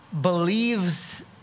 believes